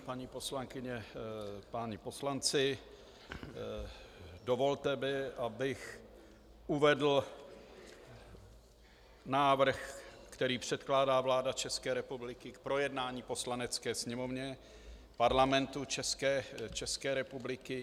Paní poslankyně, páni poslanci, dovolte mi, abych uvedl návrh, který předkládá vláda České republiky k projednání Poslanecké sněmovně Parlamentu České republiky.